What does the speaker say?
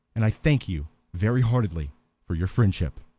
and i thank you very heartily for your friendship.